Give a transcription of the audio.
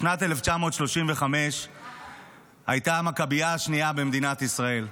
בשנת 1935 הייתה המכביה השנייה במדינת ישראל.